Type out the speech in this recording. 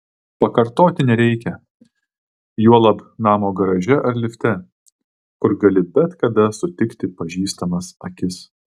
pakartoti nereikia juolab namo garaže ar lifte kur gali bet kada sutikti pažįstamas akis